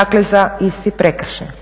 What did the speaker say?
Dakle, za isti prekršaj.